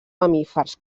mamífers